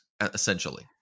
essentially